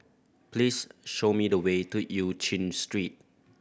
please show me the way to Eu Chin Street